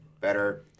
better